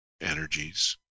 energies